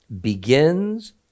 begins